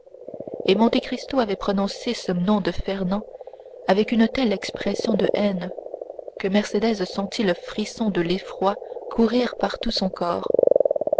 et monte cristo avait prononcé ce nom de fernand avec une telle expression de haine que mercédès sentit le frisson de l'effroi courir par tout son corps